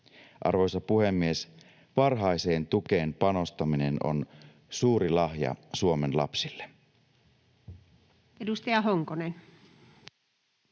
Arvoisa puhemies! Varhaiseen tukeen panostaminen on suuri lahja Suomen lapsille.